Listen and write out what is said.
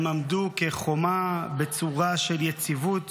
הם עמדו כחומה בצורה של יציבות